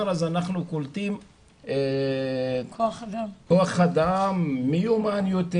אז אנחנו קולטים כוח אדם מיומן יותר,